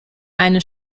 eine